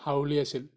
হাউলী আছিল